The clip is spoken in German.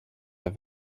der